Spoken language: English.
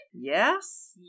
Yes